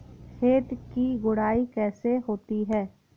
खेत की गुड़ाई कैसे होती हैं?